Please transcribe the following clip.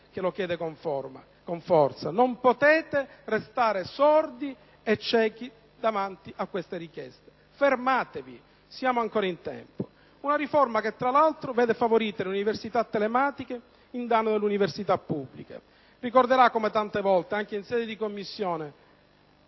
che lo chiede con forza: non potete restare sordi e ciechi dinanzi a tali richieste. Fermatevi! Siamo ancora in tempo. Tra l'altro, tale riforma vede favorite le università telematiche a danno dell'università pubblica. Ricorderà come tante volte, anche in sede di Commissione,